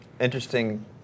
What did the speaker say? Interesting